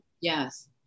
yes